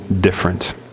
different